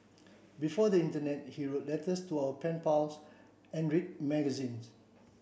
before the internet he wrote letters to our pen pals and read magazines